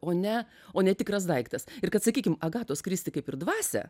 o ne o ne tikras daiktas ir kad sakykim agatos kristi kaip ir dvasią